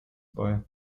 bei